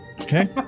Okay